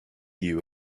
you